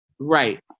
Right